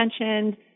mentioned